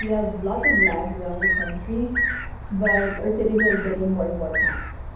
have lots of land around the country but our cities are getting more and more packed.